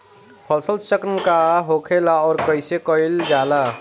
फसल चक्रण का होखेला और कईसे कईल जाला?